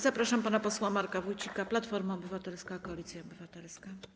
Zapraszam pana posła Marka Wójcika, Platforma Obywatelska - Koalicja Obywatelska.